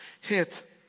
hit